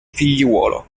figliuolo